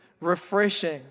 refreshing